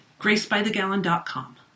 GraceByTheGallon.com